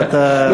שאתה,